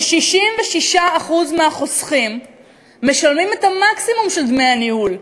ש-66% מהחוסכים משלמים את המקסימום של דמי הניהול.